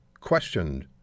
questioned